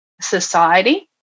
society